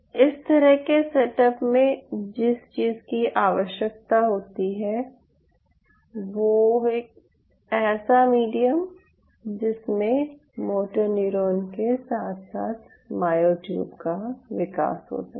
तो इस तरह के सेटअप में जिस चीज़ की आवश्यकता होती है वो है एक ऐसा मीडियम जिसमे मोटो न्यूरॉन के साथ साथ मायोट्यूब का विकास हो सके